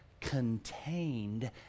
contained